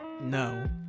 no